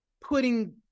putting